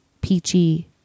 peachy